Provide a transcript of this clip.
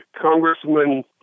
Congressman